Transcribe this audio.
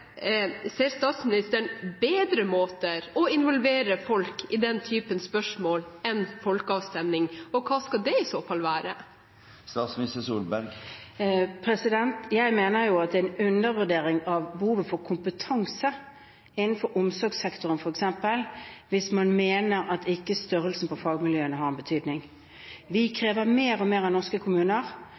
Ser statsministeren bedre måter å involvere folk på i denne typen spørsmål enn ved folkeavstemning, og hva skal det i så fall være? Jeg mener det er en undervurdering av behovet for kompetanse, f.eks. innenfor omsorgssektoren, hvis man mener at størrelsen på fagmiljøene ikke har noen betydning. Vi krever mer og mer av norske kommuner.